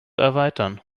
erweitern